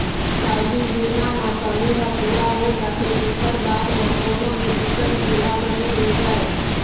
सावधि बीमा म समे ह पूरा हो जाथे तेखर बाद म कोनो भी किसम के लाभ नइ दे जाए